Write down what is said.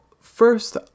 first